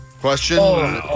Question